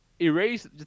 Erase